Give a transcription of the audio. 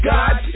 God